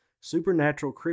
supernatural